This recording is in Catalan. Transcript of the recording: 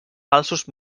falsos